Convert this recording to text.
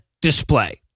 display